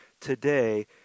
today